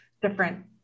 different